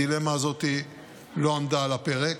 הדילמה הזאת לא עמדה על הפרק.